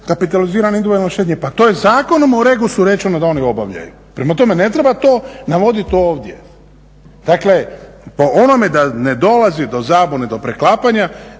kapitalizirane individualne štednje. Pa to je Zakonom o REGOS-u rečeno da oni obavljaju. Prema tome, ne treba to navodit ovdje. Dakle, po onome da ne dolazi do zabune, do preklapanja